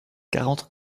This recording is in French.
quarante